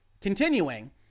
Continuing